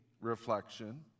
reflection